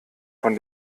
von